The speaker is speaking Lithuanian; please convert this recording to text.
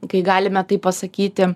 kai galime tai pasakyti